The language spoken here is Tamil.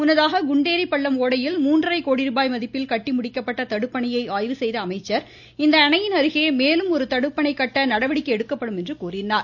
முன்னதாக குண்டேரி பள்ளம் ஓடையில் மூன்றரை கோடி ருபாய் மதிப்பில் கட்டிமுடிக்கப்பட்ட தடுப்பணையை ஆய்வு செய்த அமைச்சர் இந்த அணையின் அருகே மேலும் ஒரு தடுப்பணை கட்ட நடவடிக்கை எடுக்கப்படும் என்றார்